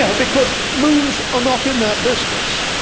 ah because moons are not in that business.